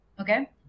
Okay